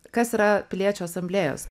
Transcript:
kas yra piliečių asamblėjos